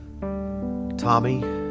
Tommy